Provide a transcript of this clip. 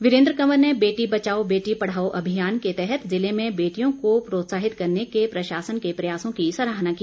वीरेन्द्र कवर ने बेटी बचाओ बेटी पढ़ाओ अभियान के तहत जिले में बेटियों को प्रोत्साहित करने के प्रशासन के प्रयासों की सराहना की